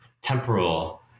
temporal